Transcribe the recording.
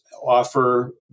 offer